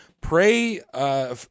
Pray